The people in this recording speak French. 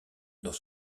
dans